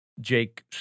Jake